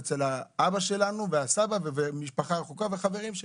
אצל האבא, הסבא, משפחה רחוקה והחברים שלנו.